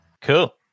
Cool